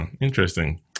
Interesting